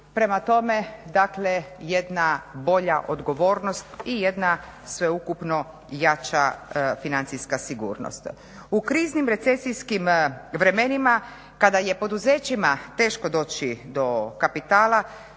Prema tome dakle jedna bolja odgovornost i jedna sveukupno jača financijska sigurnost. U kriznim recesijskim vremenima kada je poduzećima teško doći do kapitala